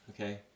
Okay